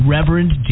Reverend